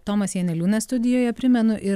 tomas janeliūnas studijoje primenu ir